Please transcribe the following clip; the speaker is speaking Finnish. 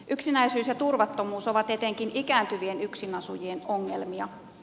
yksinäisyys ja turvattomuus ovat etenkin ikääntyvien yksin asujien ongelmia